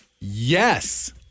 Yes